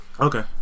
Okay